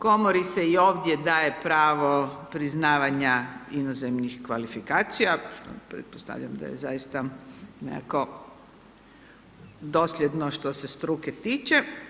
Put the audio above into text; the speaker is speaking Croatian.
Komori se i ovdje daje pravo priznavanja inozemnih kvalifikacija, pretpostavljam da je zaista nekako dosljedno što se struke tiče.